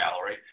gallery